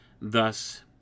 Thus